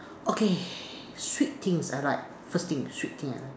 okay sweet things I like first sweet thing I like